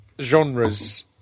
genres